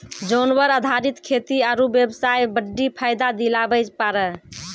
जानवर आधारित खेती आरू बेबसाय बड्डी फायदा दिलाबै पारै